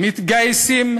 מתגייסים